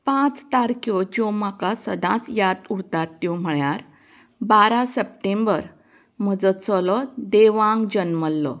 पांच तारक्यो जो म्हाका सदांच याद उरतात त्यो म्हळ्यार बारा सप्टेंबर म्हजो चलो देवांग जल्मल्लो